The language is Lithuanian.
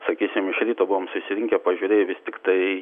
sakysim iš ryto buvom susirinkę pažiūrėję vis tiktai